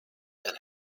and